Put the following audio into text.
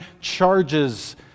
charges